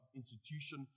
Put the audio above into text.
institution